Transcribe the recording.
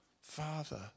Father